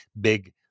big